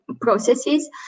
processes